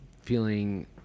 feeling